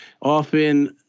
often